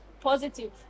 positive